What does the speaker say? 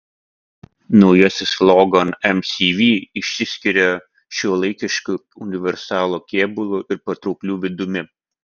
naujasis logan mcv išsiskiria šiuolaikišku universalo kėbulu ir patraukliu vidumi